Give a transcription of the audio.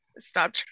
stop